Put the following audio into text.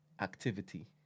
activity